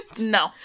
No